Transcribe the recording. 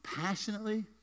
Passionately